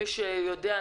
מי שיודע,